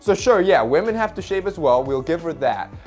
so sure, yeah, women have to shave as well, we'll give her that.